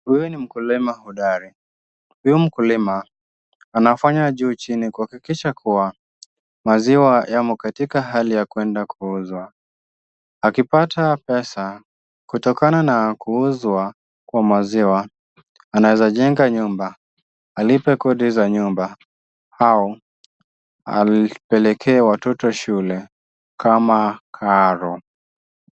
Huyu ni mkulima hodari. Huyu mkulima, anafanya juu chini kuhakikisha kuwa, maziwa yamo katika hali ya kwenda kuuzwa. Akipata pesa, kutokana na kuuzwa kwa maziwa anaweza jenga nyumba, alipe kodi za nyumba au alip apeleke watoto shule kama karo.